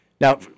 Now